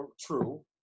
True